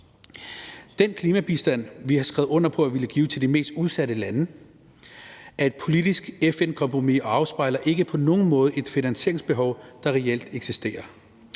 Den klimabistand, vi har skrevet under på at ville give til de mest udsatte lande, er et politisk FN-kompromis og afspejler ikke på nogen måde det finansieringsbehov, der reelt eksisterer.